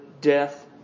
death